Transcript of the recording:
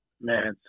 Man